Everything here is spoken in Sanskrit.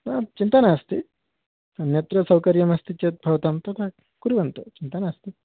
न चिन्ता नास्ति अन्यत्र सौकर्यमस्ति चेत् भवतां तथा कुर्वन्तु चिन्ता नास्ति